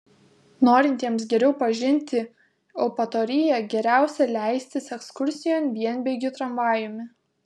norintiems geriau pažinti eupatoriją geriausia leistis ekskursijon vienbėgiu tramvajumi